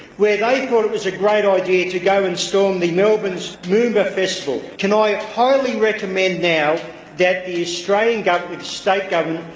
where they thought it was a great idea to go and storm the melbourne's moomba festival. can i highly recommend now that the australian government, state government,